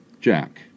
Jack